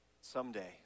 someday